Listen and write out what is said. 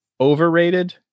overrated